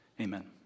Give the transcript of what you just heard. amen